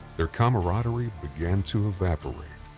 their camaraderie began to evaporate.